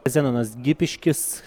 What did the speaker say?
zenonas gipiškis